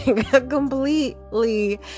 completely